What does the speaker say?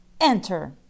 enter